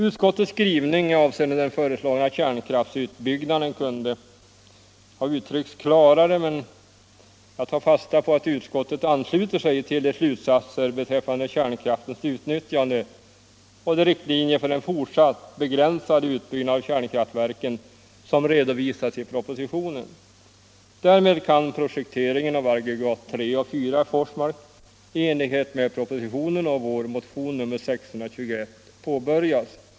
Utskottets skrivning avseende den föreslagna kärnkraftsutbyggnaden kunde ha gjorts klarare, men jag tar fasta på att utskottet ansluter sig till de slutsatser beträffande kärnkraftens utnyttjande och de riktlinjer för en fortsatt, begränsad utbyggnad av kärnkraftverken som redovisas i propositionen. Därmed kan projekteringen av aggregaten III och IV i Forsmark i enlighet med propositionen och vår motion nr 621 påbörjas.